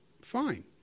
Fine